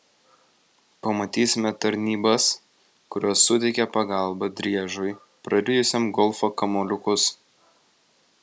pamatysime tarnybas kurios suteikia pagalbą driežui prarijusiam golfo kamuoliukus